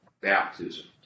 baptism